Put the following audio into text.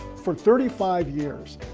for thirty five years,